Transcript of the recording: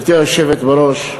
גברתי היושבת בראש,